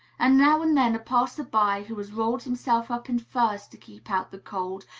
and now and then a passer-by, who has rolled himself up in furs to keep out the cold,